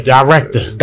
Director